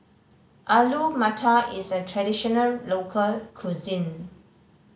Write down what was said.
Alu Matar is a traditional local cuisine